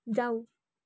जाऊ